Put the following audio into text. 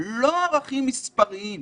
לא ערכים מספריים,